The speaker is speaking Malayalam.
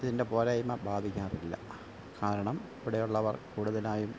ഇതിൻ്റെ പോരായ്മ ബാധിക്കാറില്ല കാരണം ഇവിടെയുള്ളവർ കൂടുതലായും